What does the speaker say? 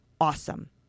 awesome